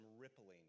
rippling